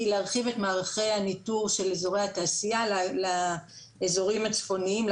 היא להרחיב את מערכי הניטור של אזורי התעשייה לאזורים הצפוניים,